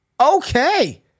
okay